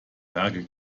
werke